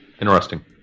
interesting